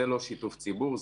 זה לא שיתוף ציבור.